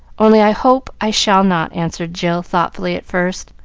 only, i hope i shall not! answered jill, thoughtfully at first,